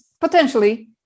potentially